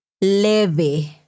leve